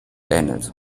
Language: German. ähnelt